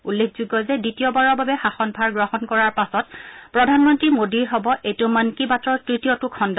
উল্লেখযোগ্য যে দ্বিতীয়বাৰৰ বাবে শাসনভাৰ গ্ৰহণ কৰাৰ পাছত প্ৰধানমন্ত্ৰী মোদীৰ এইটো হ'ব মন কি বাতৰ তৃতীয়টো খণ্ড